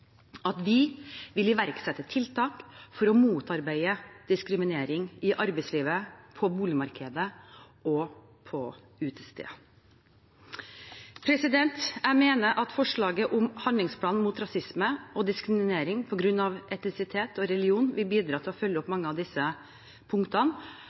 at vi vil «[i]verksette tiltak for å motarbeide diskriminering i arbeidslivet, boligmarkedet og på utesteder». Jeg mener at forslaget om en handlingsplan mot rasisme og diskriminering på grunn av etnisitet og religion vil bidra til å følge opp mange av disse punktene.